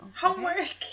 Homework